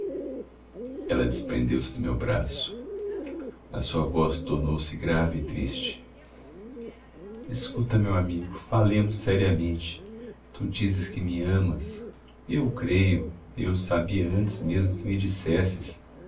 ela desprendeu-se do meu braço a sua voz tornou-se grave e triste escuta meu amigo falemos seriamente tu dizes que me amas eu o creio eu o sabia antes mesmo que me dissesses